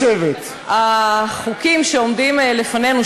החוקים שעומדים לפנינו,